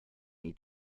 eat